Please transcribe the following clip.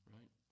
Right